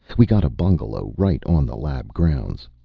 we got a bungalow right on the lab grounds.